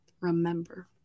remember